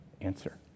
answer